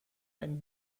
einen